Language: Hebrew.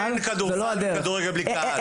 אין כדורסל וכדורגל בלי קהל, בדיוק.